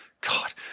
God